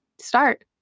start